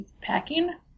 packing